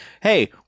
hey